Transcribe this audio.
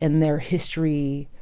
in their history,